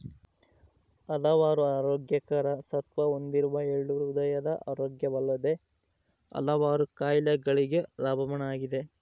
ಹಲವಾರು ಆರೋಗ್ಯಕರ ಸತ್ವ ಹೊಂದಿರುವ ಎಳ್ಳು ಹೃದಯದ ಆರೋಗ್ಯವಲ್ಲದೆ ಹಲವಾರು ಕಾಯಿಲೆಗಳಿಗೆ ರಾಮಬಾಣ ಆಗಿದೆ